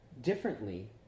differently